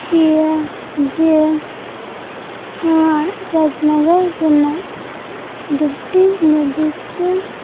ᱯᱮᱭᱟ ᱡᱮ ᱱᱚᱣᱟ ᱨᱟᱡᱽ ᱱᱚᱜᱚᱨ ᱨᱮᱱᱟᱜ ᱰᱤᱯᱴᱤ ᱢᱮᱰᱤᱠᱮᱞ